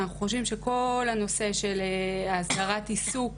אנחנו חושבים שכל הנושא של הסדרת עיסוק